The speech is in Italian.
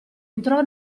entrò